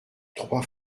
trois